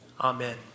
amen